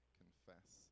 confess